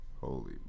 holy